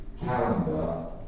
calendar